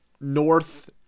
North